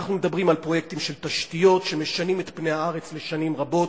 אנחנו מדברים על פרויקטים של תשתיות שמשנים את פני הארץ לשנים רבות,